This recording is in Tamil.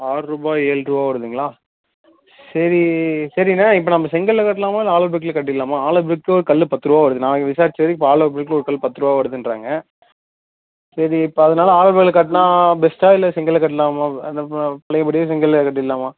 ஆறுபா ஏழ்ருவா வருதுங்களா சரி சரிண்ண இப்போ நம்ப செங்கலில் கட்டலாமா இல்லை ஆலோப்ளாக்ல கட்டிட்லாமா ஆலோப்ளாக் இப்போ ஒரு கல் பத்துருவா வருது நான் இங்கே விசாரிச்ச வரைக்கும் இப்போ ஆலோப்ளாக் ஒரு கல்லு பத்துரூவா வருதுன்றாங்க சரி இப்போ அதனால் ஆலோப்ளாக்கில கட்டினா பெஸ்ட்டாக இல்லை செங்கலில் கட்டலாமா அந்த ப பழைய படி செங்கல்லே கட்டிவிடலாமா